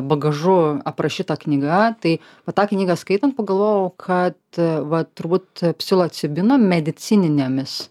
bagažu aprašyta knyga tai va tą knygą skaitant pagalvojau kad va turbūt psilocibino medicininėmis